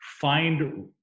find